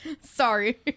Sorry